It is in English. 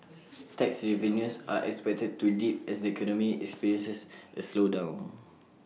tax revenues are expected to dip as the economy experiences A slowdown